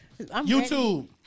YouTube